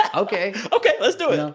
ah ok ok. let's do it.